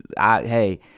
hey